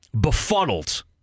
befuddled